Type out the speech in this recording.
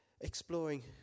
exploring